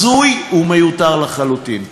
הזוי ומיותר לחלוטין.